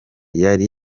yari